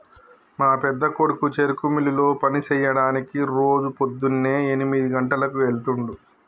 మా పెద్దకొడుకు చెరుకు మిల్లులో పని సెయ్యడానికి రోజు పోద్దున్నే ఎనిమిది గంటలకు వెళ్తుండు